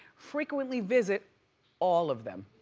frequently visit all of them.